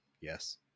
Yes